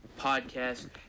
Podcast